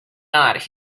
not